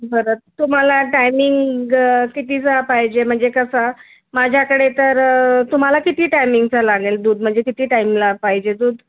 बरं तुम्हाला टायमिंग कितीचा पाहिजे म्हणजे कसा माझ्याकडे तर तुम्हाला किती टायमिंगचं लागेल दूध म्हणजे किती टाईमला पाहिजे दूध